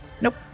Nope